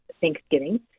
Thanksgiving